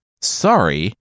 Sorry